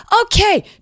okay